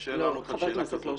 מתקשה לענות על שאלה כזאת.